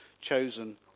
chosen